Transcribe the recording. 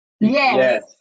yes